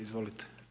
Izvolite.